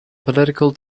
political